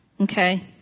Okay